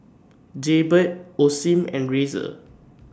Jaybird Osim and Razer